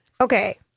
Okay